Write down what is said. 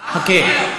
חכה.